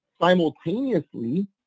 Simultaneously